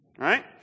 Right